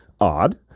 odd